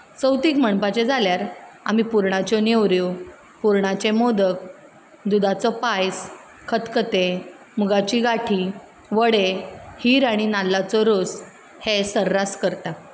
चवथीक म्हणपाचें जाल्यार आमी पुरणाच्यो नेवऱ्यो पुरणाचे मोदक दुदाचो पायस खतखतें मुगाची गाठी वडे हीर आनी नाल्लांचो रोस हें सर्रास करतात